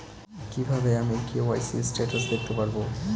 কিভাবে আমি KYC status দেখতে পারবো?